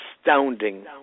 astounding